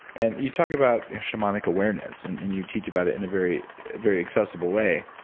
and you talk about shamanic awareness. and and you teach about it in a very very accessible way,